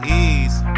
ease